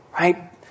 right